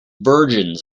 virgins